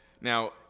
Now